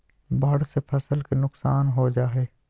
बाढ़ से फसल के नुकसान हो जा हइ